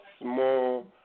small